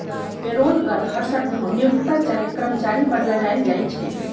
payroll कर हरसठ्ठो नियोक्ता चाहे कर्मचारी पर लगायल जाइ छइ